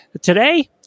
Today